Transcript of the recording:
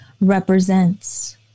represents